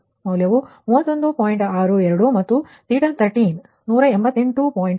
62 ಮತ್ತು θ13 188